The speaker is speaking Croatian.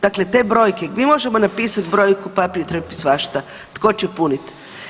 Dakle, te brojke, mi možemo napisat brojku, papir trpi svašta, tko će punit.